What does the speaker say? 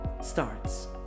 starts